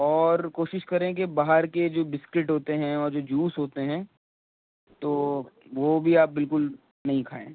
اور کوشش کریں کہ باہر کے جو بسکٹ ہوتے ہیں اور جو جوس ہوتے ہیں تو وہ بھی آپ بالکل نہیں کھائیں